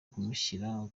kumushyira